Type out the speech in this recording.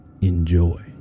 Enjoy